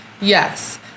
yes